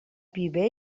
viver